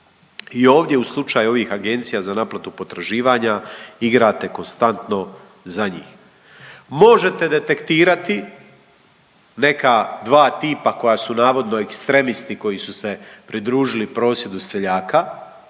I ovdje u slučaju ovih agencija za naplatu potraživanja igrate konstantno za njih. Možete detektirati neka dva tipa koja su navodno ekstremisti, koji su se pridružili prosvjedu seljaka,